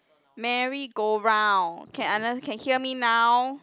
Merry go round can under~ can hear me now